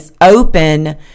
open